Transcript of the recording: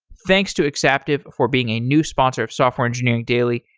thanks to exaptive for being a new sponsor of software engineering daily.